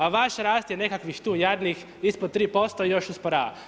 A vaš rast je nekakvih tu jadnih ispod 3%, još usporava.